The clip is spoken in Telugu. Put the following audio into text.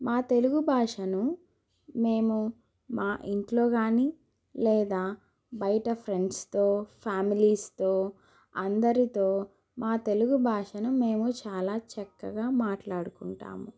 మా తెలుగు భాషను మేమూ మా ఇంట్లో కాని లేదా బయట ఫ్రెండ్స్తో ఫ్యామిలీస్తో అందరితో మా తెలుగు భాషను మేము చాలా చక్కగా మాట్లాడుకుంటాము